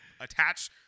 attach